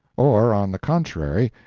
or, on the contrary,